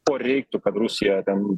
ko reiktų kad rusija ten